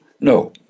No